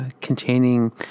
containing